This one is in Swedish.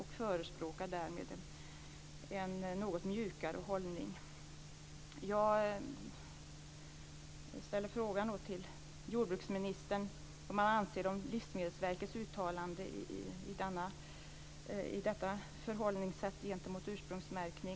Man förespråkar därmed en något mjukare hållning.